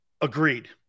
Agreed